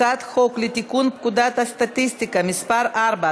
הצעת חוק לתיקון פקודת הסטטיסטיקה (מס' 4),